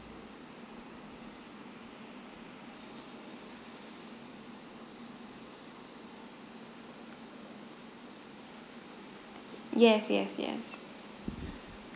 yes yes yes